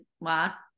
last